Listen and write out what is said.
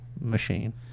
machine